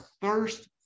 thirst